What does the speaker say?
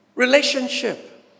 Relationship